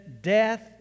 death